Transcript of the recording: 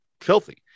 filthy